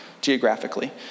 geographically